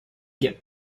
get